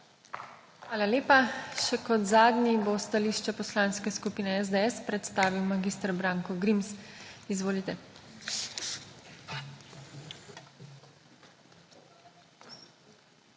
Hvala lepa. Še kot zadnji bo stališče Poslanske skupine SDS predstavil mag. Branko Grims. Izvolite.